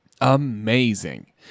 Amazing